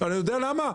אני יודע למה?